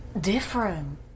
different